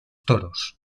toros